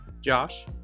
Josh